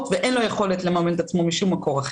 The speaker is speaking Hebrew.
ואין לו יכולת לממן עצמו משום מקור אחר.